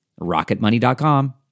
rocketmoney.com